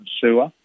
Sewer